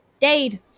Dade